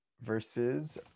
versus